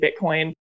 Bitcoin